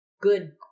good